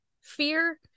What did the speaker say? fear